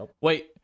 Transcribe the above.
Wait